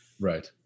Right